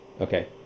Okay